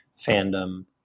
fandom